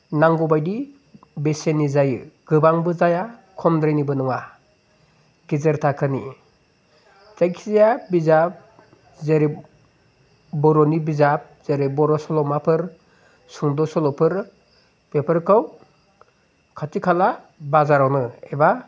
नांगौबायदि बेसेननि जायो गोबांबो जाया खमद्रायनिबो नङा गेजेर थाखोनि जायखिजाया बिजाब जेरै बर'नि बिजाब जेरै बर' सल'माफोर सुंद' सल'फोर बेफोरखौ खाथि खाला बाजारावनो एबा